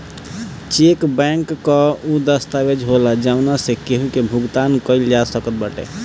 check bank कअ उ दस्तावेज होला जवना से केहू के भुगतान कईल जा सकत बाटे